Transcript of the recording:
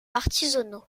artisanaux